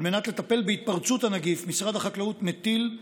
על מנת לטפל בהתפרצות הנגיף משרד החקלאות מטיל,